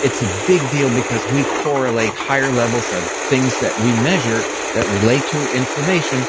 it's a big deal because we correlate higher levels of things that we measure that relate to inflammation